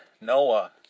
Noah